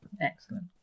Excellent